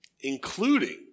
Including